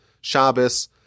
Shabbos